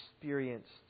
experienced